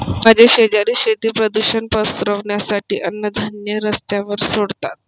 माझे शेजारी शेती प्रदूषण पसरवण्यासाठी अन्नधान्य रस्त्यावर सोडतात